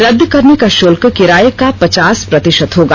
रद्द करने का शुल्क किराए का पचास प्रतिशत होगा